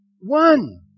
one